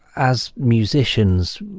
as musicians,